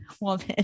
woman